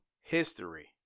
history